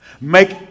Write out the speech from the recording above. Make